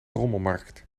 rommelmarkt